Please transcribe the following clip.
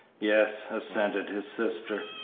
yes, assented his sister,